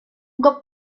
cop